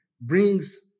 brings